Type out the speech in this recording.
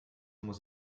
muss